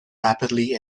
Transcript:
rapidly